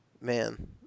man